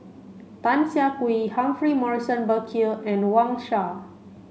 Tan Siah Kwee Humphrey Morrison Burkill and Wang Sha